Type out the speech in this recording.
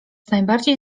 najbardziej